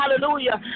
hallelujah